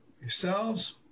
Yourselves